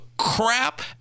Crap